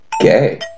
Gay